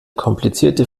komplizierte